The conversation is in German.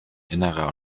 innerer